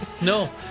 No